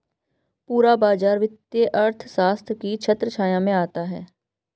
पूरा बाजार वित्तीय अर्थशास्त्र की छत्रछाया में आता है